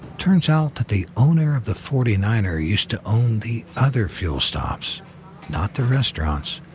turns out that the owner of the forty nine er used to own the other fuel stops not the restaurants,